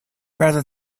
rather